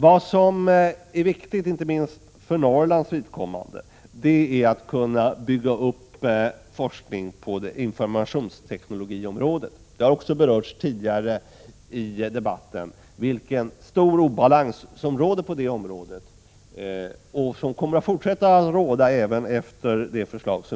Vad som är viktigt inte minst för Norrlands vidkommande är möjligheterna att bygga upp forskning på informationsteknologiområdet. Man har tidigare i debatten pekat på vilken stor obalans som råder på det området och som kommer att fortsätta att råda även med